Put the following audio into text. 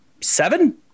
seven